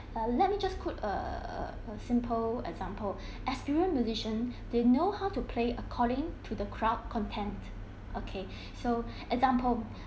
uh let me just quote err a simple example experience musician they know how to play according to the crowd content okay so example